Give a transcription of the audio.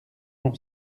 l’on